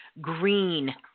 green